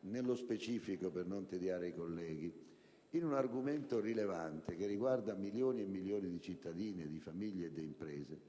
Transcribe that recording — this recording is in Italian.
Nello specifico, per non tediare i colleghi, in un argomento rilevante che riguarda milioni e milioni di cittadini, di famiglie e imprese,